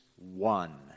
one